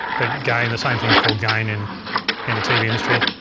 but gain, the same thing's called gain in and the tv industry.